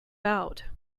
out